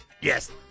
Yes